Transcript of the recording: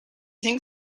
think